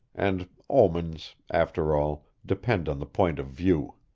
and omens, after all, depend on the point of view.